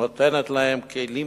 שנותנת להם כלים